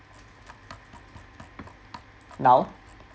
now